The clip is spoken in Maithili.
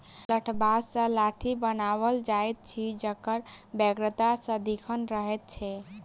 लठबाँस सॅ लाठी बनाओल जाइत अछि जकर बेगरता सदिखन रहैत छै